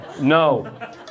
No